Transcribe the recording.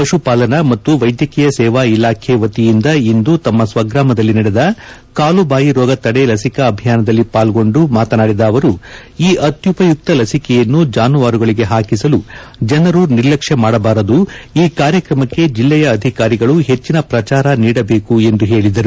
ಪಶು ಪಾಲನಾ ಮತ್ತು ವೈದ್ಯಕೀಯ ಸೇವಾ ಇಲಾಖೆ ವತಿಯಿಂದ ಇಂದು ತಮ್ಮ ಸ್ವಗ್ರಾಮದಲ್ಲಿ ನಡೆದ ಕಾಲುಬಾಯಿ ರೋಗ ತಡೆ ಲಸಿಕಾ ಅಭಿಯಾನದಲ್ಲಿ ಪಾಲ್ಗೊಡು ಮಾತನಾಡಿದ ಅವರು ಈ ಅತ್ಯುಪಯುಕ್ತ ಲಸಿಕೆಯನ್ನು ಜಾನುವಾರುಗಳಿಗೆ ಹಾಕಿಸಲು ಜನರು ನಿರ್ಲಕ್ಷ ಮಾಡಬಾರದು ಈ ಕಾರ್ಯಕ್ರಮಕ್ಕೆ ಜಿಲ್ಲೆಯಲ್ಲಿ ಅಧಿಕಾರಿಗಳು ಹೆಚ್ಚಿನ ಪ್ರಚಾರ ನೀಡಬೇಕು ಎಂದು ಹೇಳಿದರು